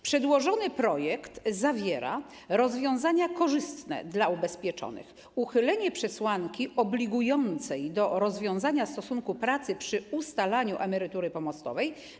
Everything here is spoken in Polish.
Przedłożony projekt zawiera rozwiązania korzystne dla ubezpieczonych - uchylenie przesłanki obligującej do rozwiązania stosunku pracy przy ustalaniu emerytury pomostowej.